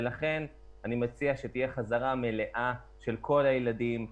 אני מציע שתהיה חזרה מלאה של כל הילדים.